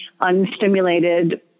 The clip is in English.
unstimulated